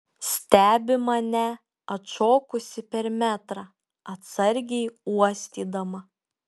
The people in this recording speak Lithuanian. stebi mane atšokusi per metrą atsargiai uostydama